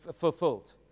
fulfilled